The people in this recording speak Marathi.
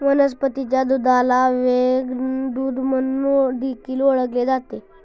वनस्पतीच्या दुधाला व्हेगन दूध म्हणून देखील ओळखले जाते